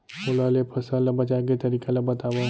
ओला ले फसल ला बचाए के तरीका ला बतावव?